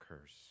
curse